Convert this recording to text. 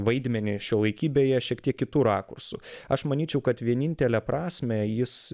vaidmenį šiuolaikybėje šiek tiek kitu rakursu aš manyčiau kad vienintelę prasmę jis